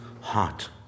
heart